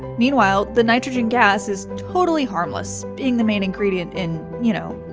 meanwhile, the nitrogen gas is totally harmless, being the main ingredient in, y'know,